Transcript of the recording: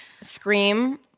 Scream